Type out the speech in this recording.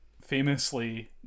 famously